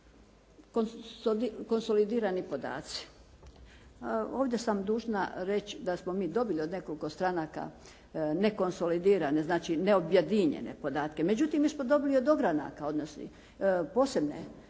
Konsolidirani podaci. Ovdje sam dužna reći da smo mi dobili od nekoliko stranaka nekonsolidirane, znači neobjedinjene podatke. Međutim, mi smo dobili od ogranaka, posebne